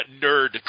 nerd